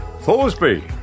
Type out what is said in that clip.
Thorsby